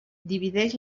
divideix